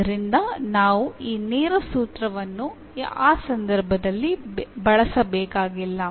ಆದ್ದರಿಂದ ನಾವು ಈ ನೇರ ಸೂತ್ರವನ್ನು ಆ ಸಂದರ್ಭದಲ್ಲಿ ಬಳಸಬೇಕಾಗಿಲ್ಲ